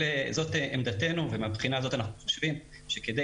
זאת עמדתנו ומהבחינה הזאת אנחנו חושבים שכדי